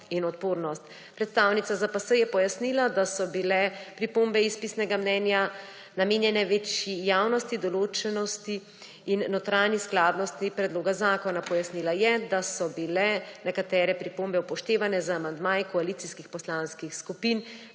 in odpornost. Predstavnica ZPS je pojasnila, da so bile pripombe iz pisnega mnenja namenjene večji javnosti, določnosti in notranji skladnosti predloga zakona. Pojasnila je, da so bile nekatere pripombe upoštevane z amandmaji koalicijskih poslanskih skupin,